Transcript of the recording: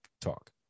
talk